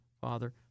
Father